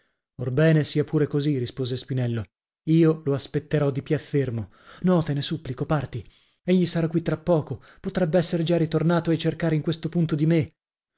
orbene sia pure così rispose spinello io lo aspetterò di piè fermo no te ne supplico parti egli sarà qui tra poco potrebb'essere già ritornato e cercare in questo punto di me